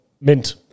mint